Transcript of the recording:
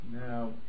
Now